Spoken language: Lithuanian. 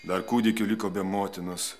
dar kūdikių liko be motinos